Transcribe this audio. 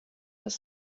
dass